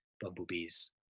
bumblebees